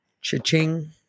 Cha-ching